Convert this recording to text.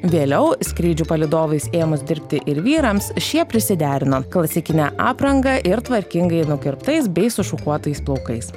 vėliau skrydžių palydovais ėmus dirbti ir vyrams šie prisiderino klasikinę aprangą ir tvarkingai nukirptais bei sušukuotais plaukais